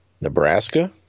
Nebraska